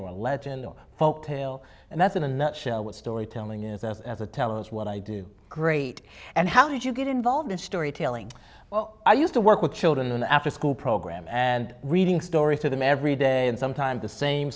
or legend or folk tale and that's in a nutshell what storytelling is as as a tell is what i do great and how did you get involved in storytelling well i used to work with children after school program and reading stories to them every day and sometimes the same